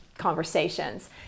conversations